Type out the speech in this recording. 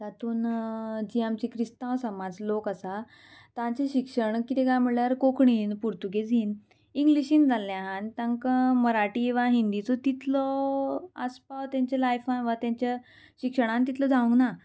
तातूंत जी आमची क्रिस्तांव समाज लोक आसा तांचें शिक्षण कितें काय म्हणल्यार कोंकणीन पुर्तुगेजीन इंग्लीशीन जाल्लें आहा तांकां मराठी वा हिंदीचो तितलो आसपाव तेंच्या लायफान वा तेंच्या शिक्षणान तितलो जावंक ना